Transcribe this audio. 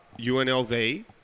unlv